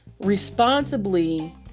responsibly